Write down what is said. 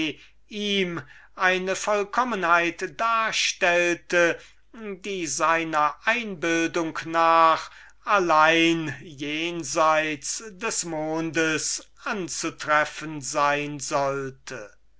ihm eine vollkommenheit darstellte die seiner einbildung nach allein jenseits des mondes anzutreffen sein sollte